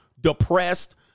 depressed